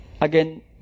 again